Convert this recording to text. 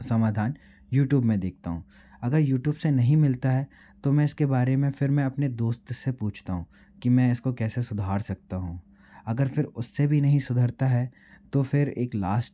समाधान यूट्यूब में देखता हूँ अगर यूट्यूब से नहीं मिलता है तो मैं इसके बारे में फिर मैं अपने दोस्त से पूछता हूँ कि मैं इसको कैसे सुधार सकता हूँ अगर फिर उससे भी नहीं सुधरता है तो फिर एक लास्ट